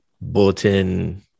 bulletin